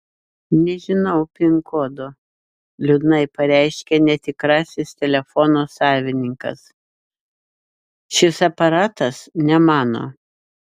nežinau pin kodo liūdnai pareiškia netikrasis telefono savininkas šis aparatas ne mano